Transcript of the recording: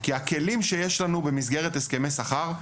כי הכלים שיש לנו במסגרת הסכמי שכר,